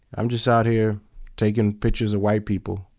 i'm just out here taking pictures of white people,